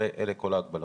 אלה כל ההגבלות.